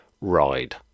Ride